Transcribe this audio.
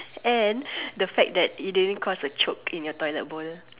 and the fact it didn't cause a choke in your toilet bowl